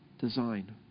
design